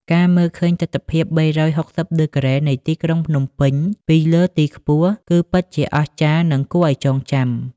ការមើលឃើញទិដ្ឋភាព ៣៦០ ដឺក្រេនៃទីក្រុងភ្នំពេញពីលើទីខ្ពស់ គឺពិតជាអស្ចារ្យ និងគួរឱ្យចងចាំ។